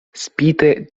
spite